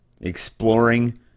exploring